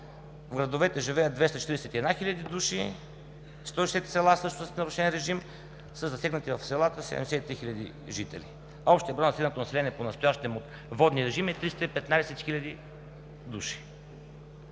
В градовете живеят 241 хиляди души. 160 села също са с нарушен режим със засегнати в селата 73 хиляди жители. Общият брой на засегнатото население понастоящем от водния режим е 315 хиляди души.